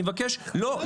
אם זה